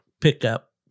pickup